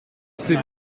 c’est